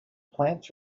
plants